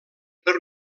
per